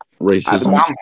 racism